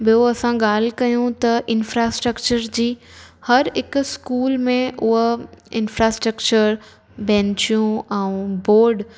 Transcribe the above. ॿियो असां ॻाल्हि कयूं त इंफ्रास्ट्रक्चर जी हर हिकु स्कूल में उहा इंफ्रास्ट्रक्चर बेन्चियूं ऐं बोर्ड